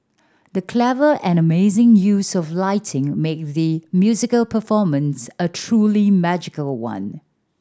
the clever and amazing use of lighting made the musical performance a truly magical one